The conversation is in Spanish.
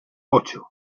ocho